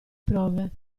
prove